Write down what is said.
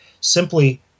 simply